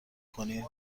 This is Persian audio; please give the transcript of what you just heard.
کنید